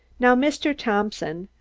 now, mr. thompson,